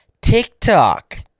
TikTok